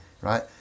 right